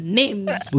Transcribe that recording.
names